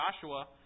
Joshua